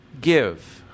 give